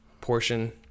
portion